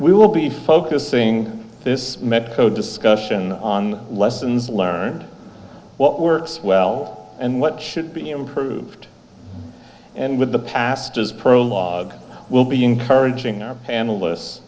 we will be focusing this medco discussion on lessons learned what works well and what should be improved and with the past is prologue we'll be encouraging our panelists